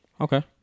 Okay